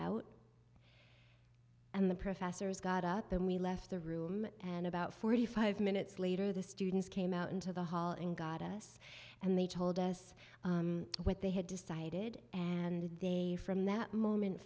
out and the professors got up then we left the room and about forty five minutes later the students came out into the hall and got us and they told us what they had decided and they from that moment